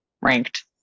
ranked